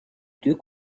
deux